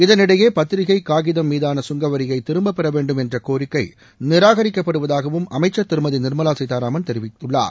இதனிடையே பத்திரிகைக் காகிதம் மீதான கங்கவரியை திரும்பப் பெற வேண்டும் என்ற கோரிக்கை நிராகரிக்கப்படுவதாகவும் அமைச்சர் திருமதி நிர்மலா சீதாராமன் தெரிவித்துள்ளார்